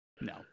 no